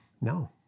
No